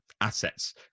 assets